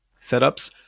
setups